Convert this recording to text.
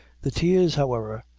the tears, however,